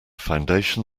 foundation